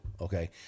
okay